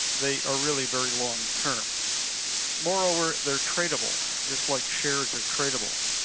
they are really very long-term moreover, they're tradeable, just like shares are tradeable.